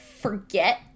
forget